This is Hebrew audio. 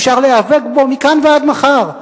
אפשר להיאבק בו מכאן ועד מחר.